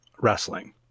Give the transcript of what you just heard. Wrestling